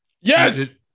Yes